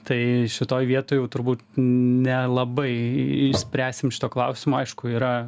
tai šitoj vietoj jau turbūt nelabai išspręsim šito klausimo aišku yra